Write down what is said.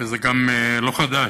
וזה גם לא חדש,